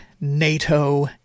NATO